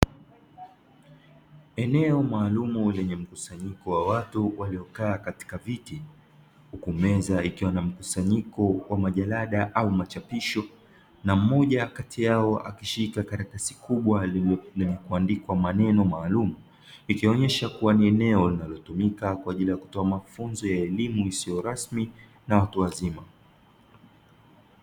Eneo maalumu lenye mkusanyiko wa watu waliokaa katika viti, huku meza ikiwa na mkusanyiko wa majalada au machapisho, na mmoja kati yao akishika karatasi kubwa lenye mwandiko wa maneno maalumu, ikionyesha kua ni eneo linaotumika kwa ajilli ya kutoa mafunzo ya elimu isiyo rasmi na watu wazima.